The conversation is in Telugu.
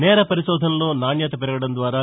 నేర పరిశోధనలో నాణ్యత పెరగడం ద్వారా